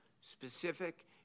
specific